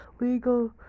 legal